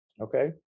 Okay